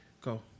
Go